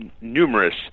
numerous